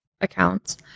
accounts